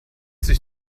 sich